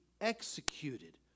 executed